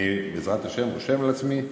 אני, בעזרת השם, רושם לעצמי.